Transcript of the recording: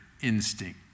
instinct